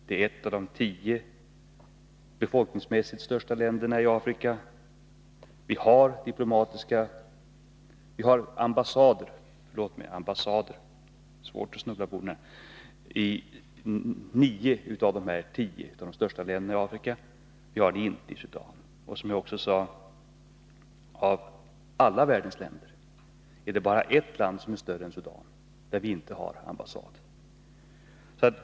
Det är ett av de tio befolkningsmässigt största länderna i Afrika. Vi har ambassader i nio av dessa tio länder, men inte i Sudan. Jag har också sagt, att av alla världens länder är det bara ett land som har fler invånare än Sudan och där vi inte har en ambassad.